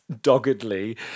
doggedly